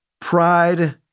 Pride